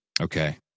Okay